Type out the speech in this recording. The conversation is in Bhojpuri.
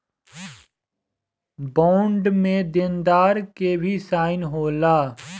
बॉन्ड में देनदार के भी साइन होला